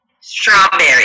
Strawberry